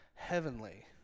heavenly